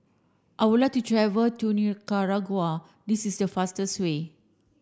I would like to travel to Nicaragua this is the fastest way